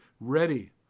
ready